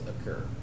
occur